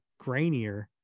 grainier